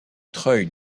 treuil